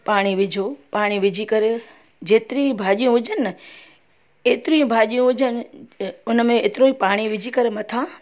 पाणी विझूं पाणी विझी करे जेतिरी भाॼियूं हुजनि एतिरियूं भाॼियूं हुजनि हुन में हेतिरो ई पाणी विझी करे मथां